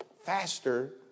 faster